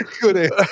Good